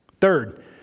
Third